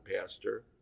pastor